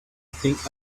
think